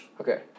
Okay